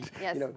Yes